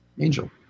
Angel